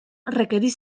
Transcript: requereix